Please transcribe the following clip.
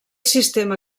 sistema